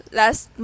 last